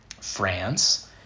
France